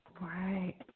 Right